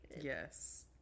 yes